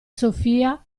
sofia